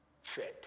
fed